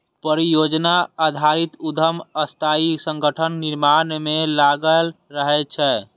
परियोजना आधारित उद्यम अस्थायी संगठनक निर्माण मे लागल रहै छै